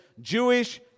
Jewish